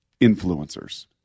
influencers